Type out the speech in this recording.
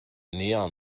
neon